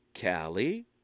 Callie